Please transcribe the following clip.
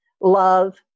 love